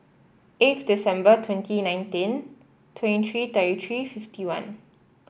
eighth December twenty nineteen twenty three thirty three fifty one